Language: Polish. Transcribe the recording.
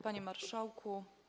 Panie Marszałku!